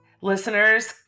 Listeners